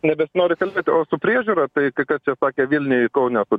nebesinori kalbėti o su priežiūra tai kas čia sakė vilniuj kaune kur